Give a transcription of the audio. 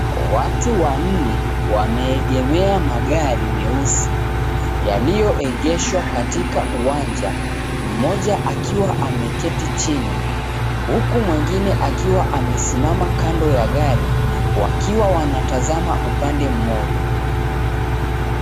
Watu wanne wameegemea magari meusi yaliyoegeshwa katika uwanja, mmoja akiwa ameketi chini huku mwengine akiwa amesimama kando ya gari wakiwa wanatazama upande mmoja.